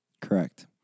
correct